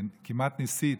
כמעט ניסית,